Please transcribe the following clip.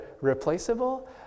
replaceable